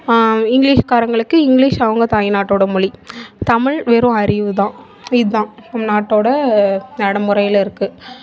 இங்கிலீஷ்காரங்களுக்கு English அவங்க தாய் நாட்டோட மொழி தமிழ் வெறும் அறிவு தான் இதான் நம்ம நாட்டோட நடைமுறையில் இருக்கு